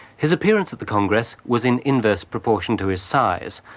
his appearance at the congress was in inverse proportion to his size,